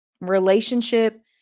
relationship